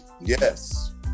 yes